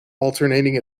alternating